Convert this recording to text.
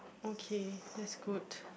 okay that's good